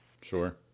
Sure